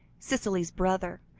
cicely's brother,